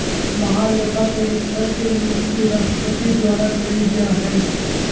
महालेखापरीक्षक के नियुक्ति राष्ट्रपति द्वारा कइल जा हइ